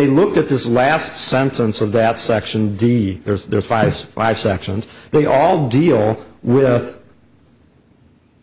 they look at this last sentence of that section d there's five five sections they all deal with